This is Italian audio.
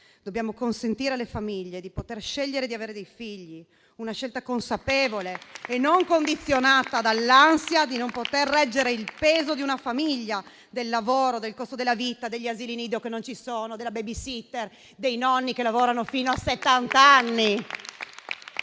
DEF - e consentire alle famiglie di scegliere di avere figli: una scelta consapevole e non condizionata dall'ansia di non poter reggere il peso di una famiglia, del lavoro, del costo della vita, degli asili nido - che non ci sono - della babysitter o dei nonni che lavorano fino a settant'anni.